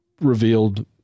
revealed